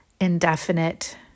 indefinite